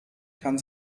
kann